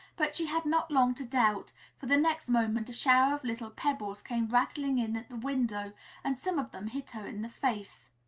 but she had not long to doubt, for the next moment a shower of little pebbles came rattling in at the window and some of them hit her in the face.